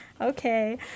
Okay